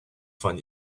von